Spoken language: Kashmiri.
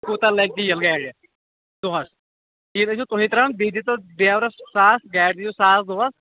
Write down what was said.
کوٗتاہ لگہِ تیٖل گاڑِ دۅہَس تیٖل ٲسِو تُہی ترٛاوان بیٚیہِ دیٖتو ڈرٛایورَس ساس گاڑِ دِیِو ساس دۄہس